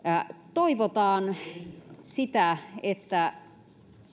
toivotaan että